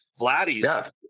Vladdy's